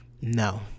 No